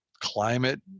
climate